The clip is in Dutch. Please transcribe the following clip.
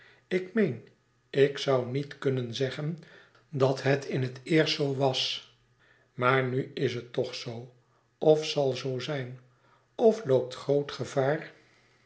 ik meen ik zou niet kunnen zeggen dat het in het eerst zoo was maar nu is het toch zoo of zal zoo zijn of loopt groot gevaar